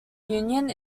union